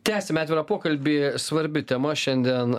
tęsiam atvirą pokalbį svarbi tema šiandien